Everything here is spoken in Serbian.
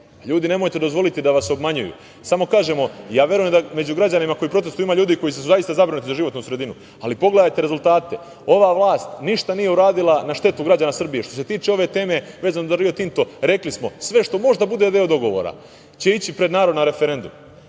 ljudi, nemojte dozvoliti da vas obmanjuju, samo kažemo, ja verujem da među građanima koji protestuju ima ljudi koji su zaista zabrinuti za životnu sredinu, ali pogledajte rezultate. Ova vlast ništa nije uradila na štetu građana Srbije. Što se tiče ove teme vezano za Rio Tinto, rekli smo, sve što može da bude deo dogovora će ići pred narod na referendum,